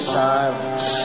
silence